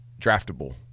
draftable